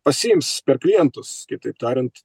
pasiims per klientus kitaip tariant